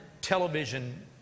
television